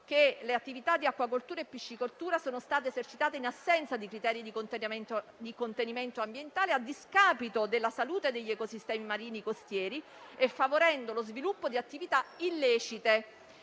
che le attività di acquacoltura e piscicoltura vengono esercitate in assenza di criteri di contenimento ambientale, a discapito della salute degli ecosistemi marini costieri, favorendo lo sviluppo di attività illecite.